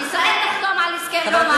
שישראל תחתום על הסכם רומא עכשיו.